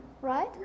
right